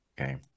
Okay